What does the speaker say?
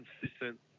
consistent